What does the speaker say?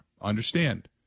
Understand